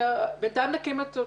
בינתיים נקים את זה,